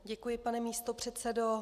Děkuji, pane místopředsedo.